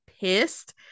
pissed